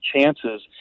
chances